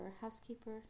housekeeper